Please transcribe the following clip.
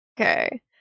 okay